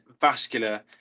vascular